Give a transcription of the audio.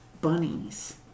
bunnies